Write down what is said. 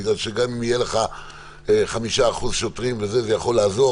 בגלל שגם אם יהיו לך 5% שוטרים זה יכול לעזור,